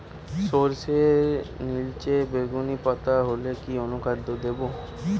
সরর্ষের নিলচে বেগুনি পাতা হলে কি অনুখাদ্য দেবো?